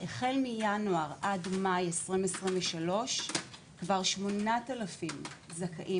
החל מינואר עד מאי 2023 כ-8,000 זכאים